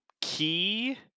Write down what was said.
key